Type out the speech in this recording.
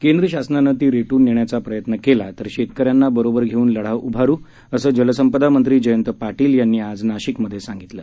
केंद्र शासनानं ती रेटून नेण्याचा प्रयत्न केला तर शेतक यांना बरोबर घेऊन लढा उभारु असं जलसंपदा मंत्री जयंत पाटील यांनी आज नाशिकमध्ये सांगितलं